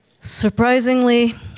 Surprisingly